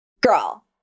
girl